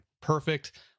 Perfect